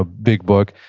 ah big book.